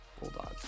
Bulldogs